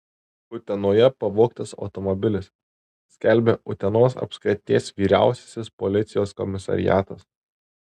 utenoje pavogtas automobilis skelbia utenos apskrities vyriausiasis policijos komisariatas